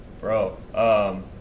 Bro